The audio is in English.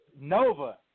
Nova